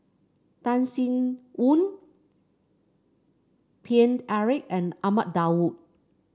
Tan Sin Aun Paine Eric and Ahmad Daud